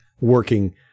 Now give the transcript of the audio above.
working